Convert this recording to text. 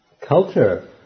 culture